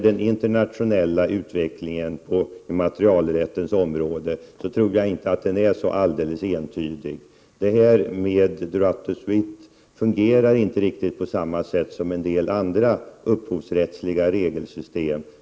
Den internationella utvecklingen på immaterialrättens område tror jag inte är så entydig. Droit de suite fungerar inte riktigt på samma sätt som en del andra upphovsrättsliga regelsystem.